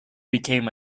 became